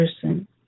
person